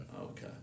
okay